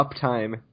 uptime